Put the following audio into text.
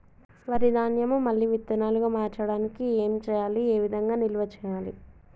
వరి ధాన్యము మళ్ళీ విత్తనాలు గా మార్చడానికి ఏం చేయాలి ఏ విధంగా నిల్వ చేయాలి?